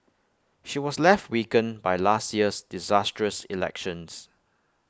she was left weakened by last year's disastrous election